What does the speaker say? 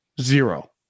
Zero